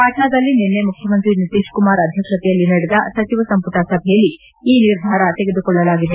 ಪಾಟ್ನಾದಲ್ಲಿ ನಿನ್ನೆ ಮುಖ್ಯಮಂತ್ರಿ ನಿತೀಶ್ ಕುಮಾರ್ ಅಧ್ಯಕ್ಷತೆಯಲ್ಲಿ ನಡೆದ ಸಚಿವ ಸಂಪುಟ ಸಭೆಯಲ್ಲಿ ಈ ನಿರ್ಧಾರ ತೆಗೆದುಕೊಳ್ಳಲಾಗಿದೆ